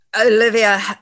Olivia